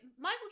michael